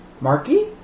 Marky